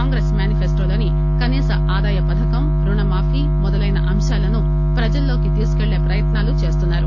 కాంగ్రెస్ మ్యానిఫెస్టోలోని కనీస ఆదాయ పథకం రుణ మాఫీ మొదలైన అంశాలను ప్రజల్లోకి తీసుకువెళ్ళే ప్రయత్నాలు చేస్తున్నారు